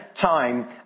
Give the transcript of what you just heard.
time